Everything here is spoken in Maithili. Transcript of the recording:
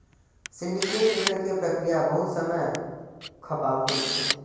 सिंडिकेट ऋण के प्रक्रिया बहुत समय खपाऊ होइ छै